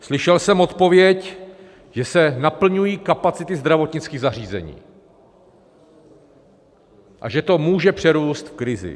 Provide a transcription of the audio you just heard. Slyšel jsem odpověď, že se naplňují kapacity zdravotnických zařízení a že to může přerůst v krizi.